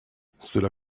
cela